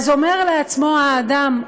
אז אומר לעצמו האדם,